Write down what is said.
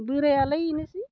बोरायालाय बेनोसै